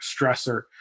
stressor